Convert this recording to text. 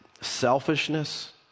selfishness